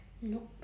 nope